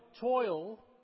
toil